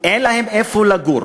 אין להם איפה לגור